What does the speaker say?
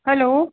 hello